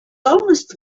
almost